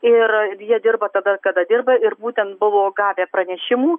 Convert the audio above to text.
ir jie dirba tada kada dirba ir būtent buvo gavę pranešimų